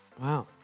Wow